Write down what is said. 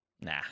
Nah